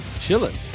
chilling